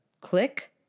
click